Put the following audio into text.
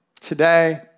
today